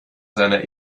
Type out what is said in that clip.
seiner